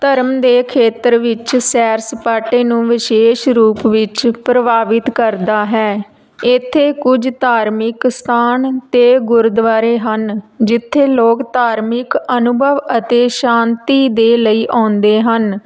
ਧਰਮ ਦੇ ਖੇਤਰ ਵਿੱਚ ਸੈਰ ਸਪਾਟੇ ਨੂੰ ਵਿਸ਼ੇਸ਼ ਰੂਪ ਵਿੱਚ ਪ੍ਰਭਾਵਿਤ ਕਰਦਾ ਹੈ ਇੱਥੇ ਕੁਝ ਧਾਰਮਿਕ ਸਥਾਨ ਅਤੇ ਗੁਰਦੁਆਰੇ ਹਨ ਜਿੱਥੇ ਲੋਕ ਧਾਰਮਿਕ ਅਨੁਭਵ ਅਤੇ ਸ਼ਾਂਤੀ ਦੇ ਲਈ ਆਉਂਦੇ ਹਨ